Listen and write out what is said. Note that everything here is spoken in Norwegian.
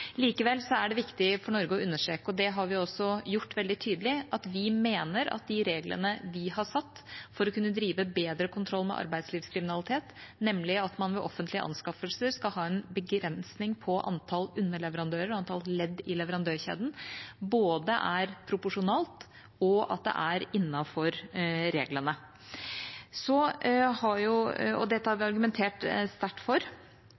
understreke – og det har vi også gjort veldig tydelig – at vi mener at de reglene vi har satt for å kunne drive bedre kontroll med arbeidslivskriminalitet, nemlig at man ved offentlige anskaffelser skal ha en begrensning på antall underleverandører og antall ledd i leverandørkjeden, er både proporsjonale og innenfor regelverket. Dette har vi argumentert sterkt for. ESA har bedt om informasjon knyttet til Skiens- og Oslomodellene. Vi har